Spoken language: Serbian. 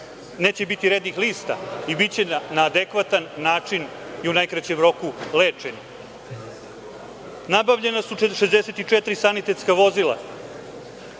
neće biti rednih lista i biće na adekvatan način i u najkraćem roku lečeni. Nabavljena su i 64 sanitetska vozila.